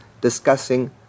discussing